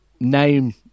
name